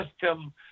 system